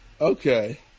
Okay